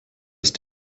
ist